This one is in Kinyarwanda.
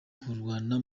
kurwana